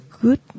good